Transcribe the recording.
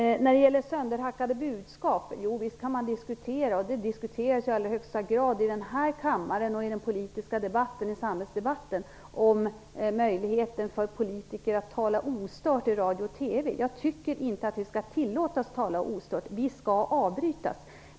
Visst kan man diskutera sönderhackade budskap. I denna kammare och i den politiska samhällsdebatten diskuteras i allra högsta grad möjligheten för politiker att tala ostört i radio och TV. Jag tycker inte att vi skall tillåtas att tala ostört. Vi skall avbrytas.